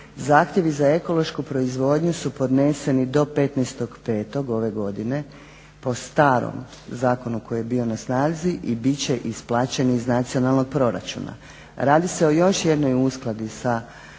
Zahtjevi za ekološku proizvodnju su podneseni do 15.5. ove godine po starom zakonu koji je bio na snazi i bit će isplaćeni iz nacionalnog proračuna. Radi se o još jednoj uskladbi s